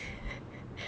this